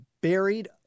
Buried